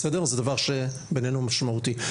זה דבר שבעינינו משמעותי.